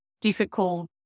difficult